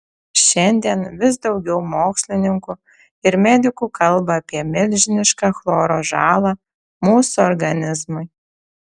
šiandien vis daugiau mokslininkų ir medikų kalba apie milžinišką chloro žalą mūsų organizmui